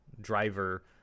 driver